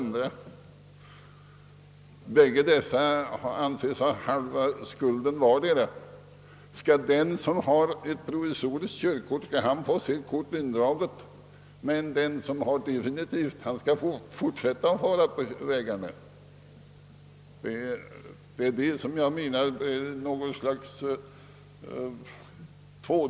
Skall den som har ett provisoriskt körkort få detta indraget, medan den som har ett definitivt körkort skall få fortsätta att föra bil på våra vägar?